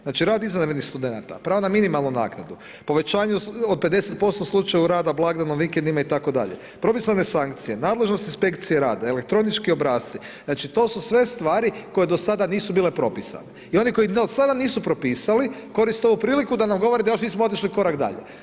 Znači rad izvanrednih studenata, pravo na minimalnu naknadu, povećanje od 50% slučajeva rada blagdanom, vikendima itd., propisane sankcije, nadležnost inspekcije rada, elektronički obrasci znači to su sve stvari koje do sada nisu bile propisane i oni koji do sada nisu propisali koriste ovu priliku da nam govore da još nismo otišli korak dalje.